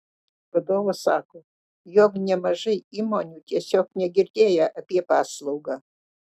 vadovas sako jog nemažai įmonių tiesiog negirdėję apie paslaugą